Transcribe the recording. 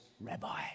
rabbi